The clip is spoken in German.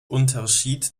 unterschied